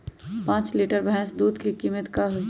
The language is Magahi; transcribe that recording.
पाँच लीटर भेस दूध के कीमत का होई?